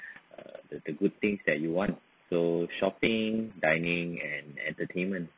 uh the the good things that you want so shopping dining and entertainment